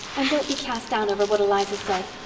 and don't be cast down over what eliza said.